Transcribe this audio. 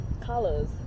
colors